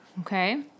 Okay